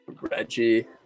reggie